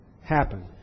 happen